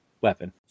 weapon